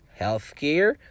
healthcare